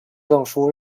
证书